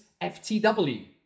FTW